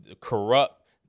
corrupt